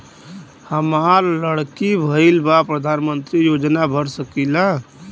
हमार लड़की भईल बा प्रधानमंत्री योजना भर सकीला?